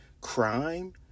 Crime